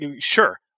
Sure